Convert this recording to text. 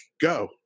go